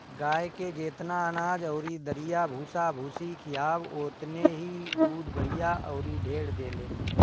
गाए के जेतना अनाज अउरी दरिया भूसा भूसी खियाव ओतने इ दूध बढ़िया अउरी ढेर देले